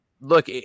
look